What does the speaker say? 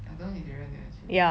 I don't know his real name actually